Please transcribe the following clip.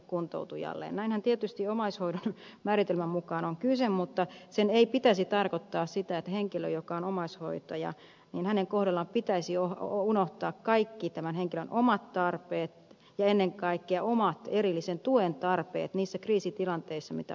näinhän tietysti omaishoidon määritelmän mukaan on mutta sen ei pitäisi tarkoittaa sitä että henkilön joka on omaishoitaja kohdalla pitäisi unohtaa kaikki tämän henkilön omat tarpeet ja ennen kaikkea omat erillisen tuen tarpeet niissä kriisitilanteissa mitä omaishoitajuuteen liittyy